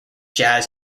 jazz